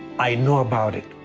i know about it.